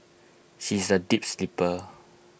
she is A deep sleeper